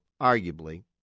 arguably